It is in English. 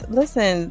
listen